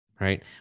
right